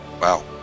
Wow